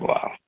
Wow